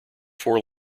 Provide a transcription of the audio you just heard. four